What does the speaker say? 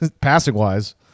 passing-wise